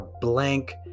blank